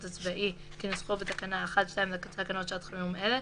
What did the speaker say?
הצבאי כנוסחו בתקנה 1(2) לתקנות שעת חירום אלה,